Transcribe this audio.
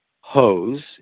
hose